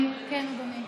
כן, אדוני?